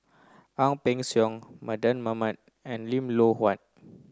Ang Peng Siong Mardan Mamat and Lim Loh Huat